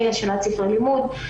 השאלת ספרי לימוד וכולי,